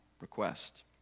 request